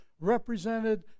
represented